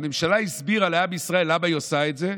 הממשלה הסבירה לעם ישראל למה היא עושה את זה,